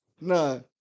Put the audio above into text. No